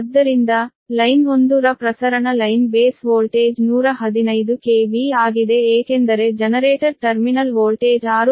ಆದ್ದರಿಂದ ಲೈನ್ 1 ರ ಪ್ರಸರಣ ಲೈನ್ ಬೇಸ್ ವೋಲ್ಟೇಜ್ 115 KV ಆಗಿದೆ ಏಕೆಂದರೆ ಜನರೇಟರ್ ಟರ್ಮಿನಲ್ ವೋಲ್ಟೇಜ್ 6